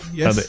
yes